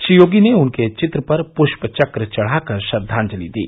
श्री योगी ने उनके चित्र पर पुष्प चक्र चढ़ा कर श्रद्वांजलि दी